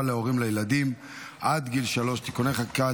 להורים לילדים עד גיל שלוש (תיקוני חקיקה),